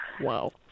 Wow